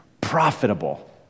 profitable